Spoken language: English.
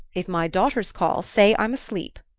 if my daughters call, say i'm asleep.